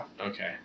Okay